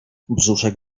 brzuszek